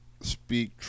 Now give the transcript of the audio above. speak